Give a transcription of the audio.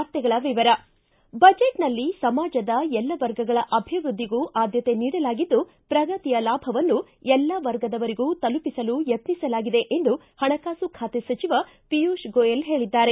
ವಾರ್ತೆಗಳ ವಿವರ ಬಜೆಟ್ನಲ್ಲಿ ಸಮಾಜದ ಎಲ್ಲಾ ವರ್ಗಗಳ ಅಭಿವೃದ್ದಿಗೂ ಆದ್ದತೆ ನೀಡಲಾಗಿದ್ದು ಪ್ರಗತಿಯ ಲಾಭವನ್ನು ಎಲ್ಲಾ ವರ್ಗದವರಿಗೂ ತಲುಪಿಸಲು ಯಕ್ನಿಸಲಾಗಿದೆ ಎಂದು ಪಣಕಾಸು ಖಾತೆ ಸಚಿವ ಪಿಯುಷ್ ಗೋಯಲ್ ಹೇಳಿದ್ದಾರೆ